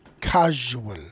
casual